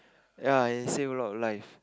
ya and he save a lot of life